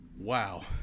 Wow